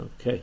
okay